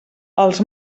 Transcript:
els